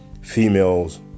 Females